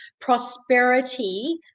prosperity